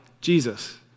Jesus